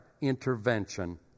intervention